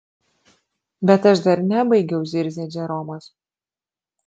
bet aš dar nebaigiau zirzė džeromas